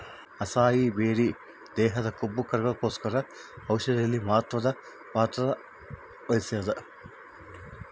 acai berry ದೇಹದ ಕೊಬ್ಬುಕರಗ್ಸೋ ಔಷಧಿಯಲ್ಲಿ ಮಹತ್ವದ ಪಾತ್ರ ವಹಿಸ್ತಾದ